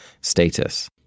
status